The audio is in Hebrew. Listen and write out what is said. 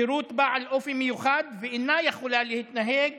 שירות בעל אופי מיוחד, ואינה יכולה להתנהג